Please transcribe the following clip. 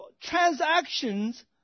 transactions